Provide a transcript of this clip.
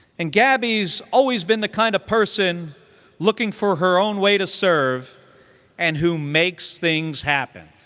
and gabby's always been the kind of person looking for her own way to serve and who makes things happen.